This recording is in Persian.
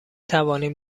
توانیم